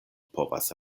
povas